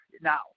Now